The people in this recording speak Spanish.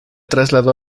trasladó